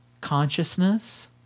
consciousness